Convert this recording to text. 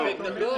ברשותך.